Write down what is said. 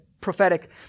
prophetic